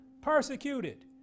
Persecuted